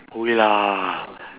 go away lah